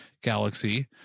galaxy